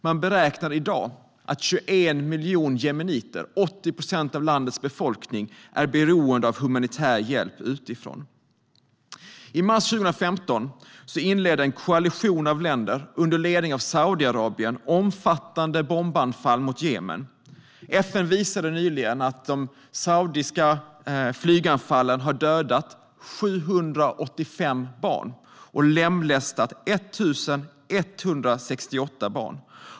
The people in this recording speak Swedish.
Man beräknar att 21 miljoner jemeniter, 80 procent av landets befolkning, i dag är beroende av humanitär hjälp utifrån. I mars 2015 inledde en koalition av länder under ledning av Saudiarabien omfattande bombanfall mot Jemen. FN visade nyligen att de saudiska flyganfallen har dödat 785 barn och lemlästat 1 168 barn.